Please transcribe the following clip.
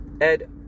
Ed